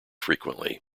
frequently